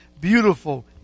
beautiful